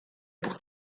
pour